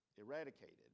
eradicated